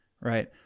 Right